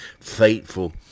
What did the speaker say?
faithful